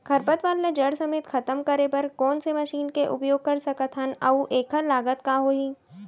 खरपतवार ला जड़ समेत खतम करे बर कोन से मशीन के उपयोग कर सकत हन अऊ एखर लागत का होही?